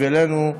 בשבילנו,